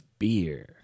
beer